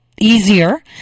easier